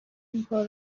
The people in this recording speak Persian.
اینکار